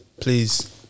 Please